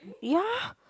ya